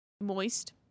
moist